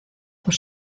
por